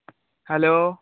hello